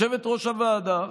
חברי הכנסת.